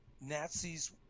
Nazis –